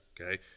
okay